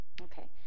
Okay